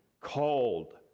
called